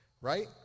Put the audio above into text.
right